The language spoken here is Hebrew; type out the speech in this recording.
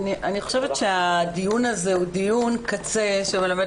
אני חושבת הדיון הזה הוא דיון קצה שמלמד